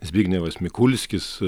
zbignevas mikulskis